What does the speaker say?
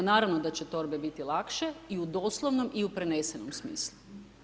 Naravno da će torbe biti lakše i u doslovnom i u prenesenom smislu.